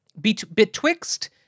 betwixt